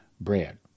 bread